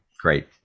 great